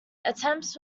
attempts